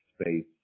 space